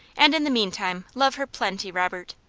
and in the meantime, love her plenty, robert.